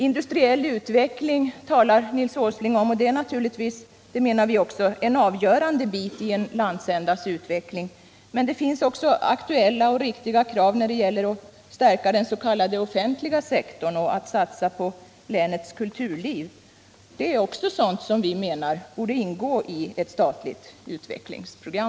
Industriell utveckling talar Nils Åsling om. Det är naturligtvis — och det menar också vi — en avgörande bit i en landsändas utveckling, men det finns också aktuella och riktiga krav när det gäller att stärka den s.k. offentliga sektorn och att satsa på länets kulturliv. Även sådan anser vi borde ingå i ett statligt utvecklingsprogram.